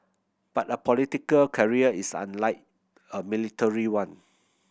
but a political career is unlike a military one